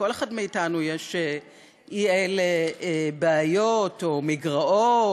לכל אחד מאתנו יש אי-אלו בעיות או מגרעות